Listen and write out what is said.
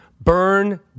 Burn